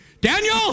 Daniel